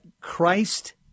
Christ